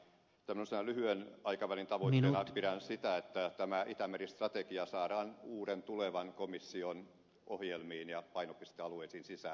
minusta näin lyhyen aikavälin tavoitteena pidän sitä että tämä itämeri strategia saadaan uuden tulevan komission ohjelmiin ja painopistealueisiin sisään